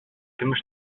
көмеш